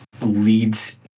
leads